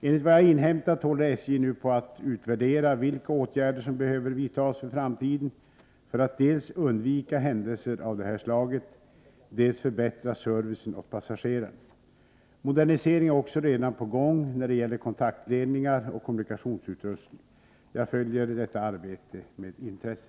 Enligt vad jag inhämtat håller SJ nu på att utvärdera vilka åtgärder som behöver vidtas för framtiden för att dels undvika händelser av det här slaget, dels förbättra servicen åt passagerarna. Modernisering är också redan på gång när det gäller kontaktledningar och kommunikationsutrustning. Jag följer detta arbete med intresse.